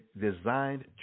designed